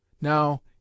Now